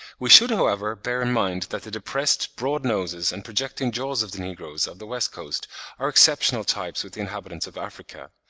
we should, however, bear in mind that the depressed, broad noses and projecting jaws of the negroes of the west coast are exceptional types with the inhabitants of africa.